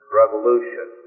Revolution